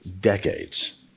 decades